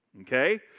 okay